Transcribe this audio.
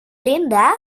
linda